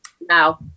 Now